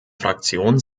fraktion